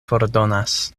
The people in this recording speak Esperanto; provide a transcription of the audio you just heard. fordonas